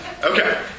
Okay